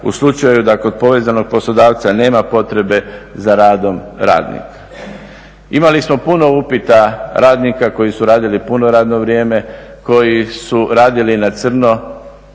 u slučaju da kod povezanog poslodavca nema potrebe za radom radnika. Imali smo puno upita radnika koji su radili puno radno vrijeme, koji su radili na crno